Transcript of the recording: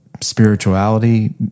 spirituality